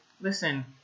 listen